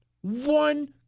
one